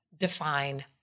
define